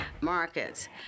markets